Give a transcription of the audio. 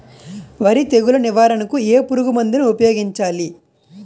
వరి తెగుల నివారణకు ఏ పురుగు మందు ను ఊపాయోగించలి?